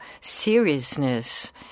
seriousness